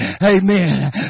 Amen